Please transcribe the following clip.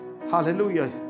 Hallelujah